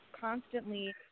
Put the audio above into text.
constantly